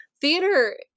theater